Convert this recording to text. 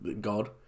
God